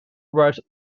wrote